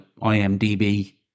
IMDB